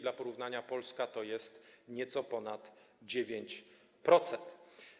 Dla porównania Polska emituje nieco ponad 9%.